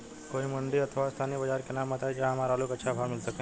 कोई मंडी अथवा स्थानीय बाजार के नाम बताई जहां हमर आलू के अच्छा भाव मिल सके?